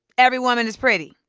every woman is pretty,